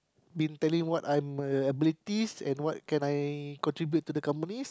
been telling what I'm abilities and what can I contribute to the company